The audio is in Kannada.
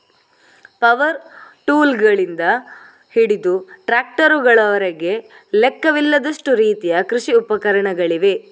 ಪವರ್ ಟೂಲ್ಗಳಿಂದ ಹಿಡಿದು ಟ್ರಾಕ್ಟರುಗಳವರೆಗೆ ಲೆಕ್ಕವಿಲ್ಲದಷ್ಟು ರೀತಿಯ ಕೃಷಿ ಉಪಕರಣಗಳಿವೆ